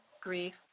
grief